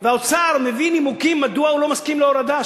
והאוצר מביא נימוקים מדוע הוא לא מסכים להורדה.